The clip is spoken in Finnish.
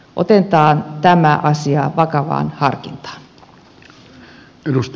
otetaan tämä asia vakavaan harkintaan